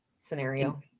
scenario